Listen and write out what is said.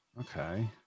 okay